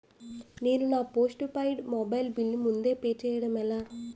నేను నా postpaid mobile bill ముందే పే చేయడం ఎలా?